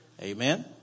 Amen